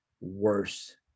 worse